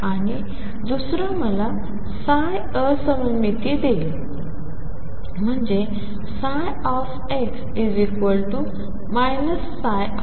आणि दुसरा मला ψ असममिती देईल म्हणजे x ψ